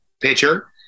pitcher